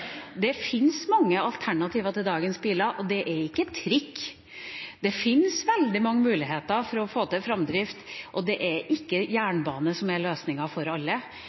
Det fins mange alternativer til dagens biler, og det er ikke trikk. Det fins veldig mange muligheter for å få til framdrift, og det er ikke jernbane som er løsningen for alle.